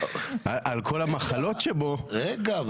על כל המחלות שבו --- רגע,